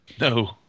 no